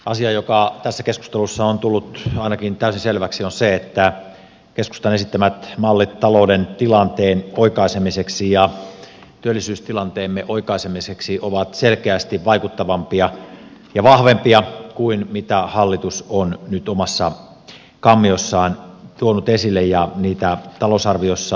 asia joka tässä keskustelussa on tullut ainakin täysin selväksi on se että keskustan esittämät mallit talouden tilanteen oikaisemiseksi ja työllisyystilanteemme oikaisemiseksi ovat selkeästi vaikuttavampia ja vahvempia kuin mitä hallitus on nyt omassa kammiossaan tuonut esille ja talousarviossaan esittänyt